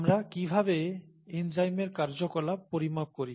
আমরা কিভাবে এনজাইমের কার্যকলাপ পরিমাপ করি